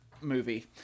movie